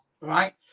Right